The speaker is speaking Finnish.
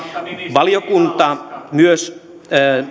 valiokunta myös